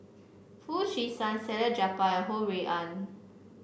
Foo Chee San Salleh Japar and Ho Rui An